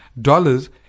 dollars